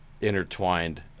intertwined